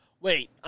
Wait